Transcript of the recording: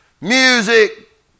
music